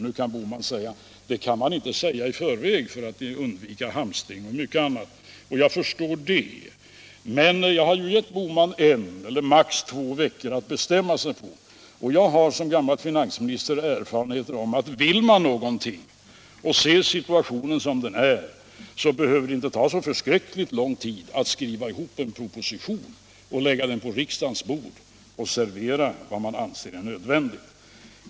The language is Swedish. Nu kan herr Bohman svara att det kan man inte säga i förväg, för att undvika hamstring och mycket annat, och jag förstår det. Jag har gett herr Bohman en eller maximalt två veckor att bestämma sig. Jag har som gammal finansminister erfarenheter av att om man vill någonting och ser situationen som den är, behöver det inte ta så förskräckligt lång tid att skriva ihop en proposition, lägga den på riksdagens bord och servera vad man anser är nödvändigt.